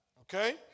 Okay